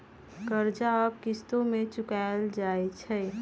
कर्जा अब किश्तो में चुकाएल जाई छई